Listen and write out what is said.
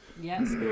Yes